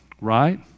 Right